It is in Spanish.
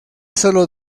sólo